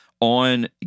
on